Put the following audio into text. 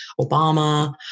Obama